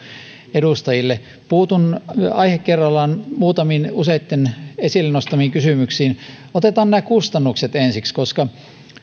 edustajille puutun aihe kerrallaan muutamiin useitten esille nostamiin kysymyksiin otetaan kustannukset ensiksi koska